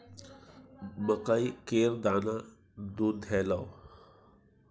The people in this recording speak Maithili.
मकइ केर दाना दुधेलौ?